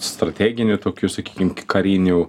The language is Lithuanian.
strateginių tokių sakykim karinių